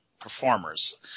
performers